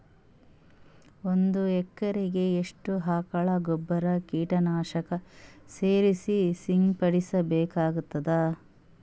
ಒಂದು ಎಕರೆಗೆ ಎಷ್ಟು ಆಕಳ ಗೊಬ್ಬರ ಕೀಟನಾಶಕ ಸೇರಿಸಿ ಸಿಂಪಡಸಬೇಕಾಗತದಾ?